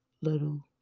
little